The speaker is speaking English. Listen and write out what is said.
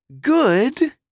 Good